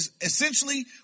essentially